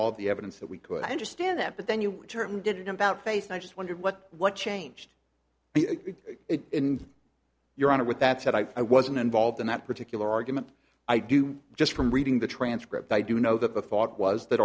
all the evidence that we could understand that but then you turn did you know about face and i just wondered what what changed it in your honor with that said i i wasn't involved in that particular argument i do just from reading the transcript i do know that the thought was that